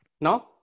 No